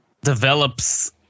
develops